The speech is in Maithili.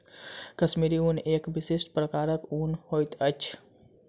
कश्मीरी ऊन एक विशिष्ट प्रकारक ऊन होइत अछि